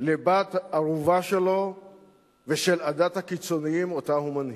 לבת-ערובה שלו ושל עדת הקיצוניים שהוא מנהיג.